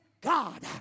God